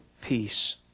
peace